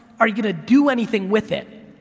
are you gonna do anything with it,